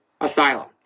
asylum